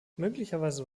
möglicherweise